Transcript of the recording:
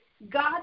God